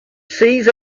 sees